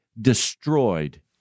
destroyed